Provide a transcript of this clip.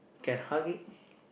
can hug it